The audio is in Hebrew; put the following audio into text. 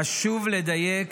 חשוב לדייק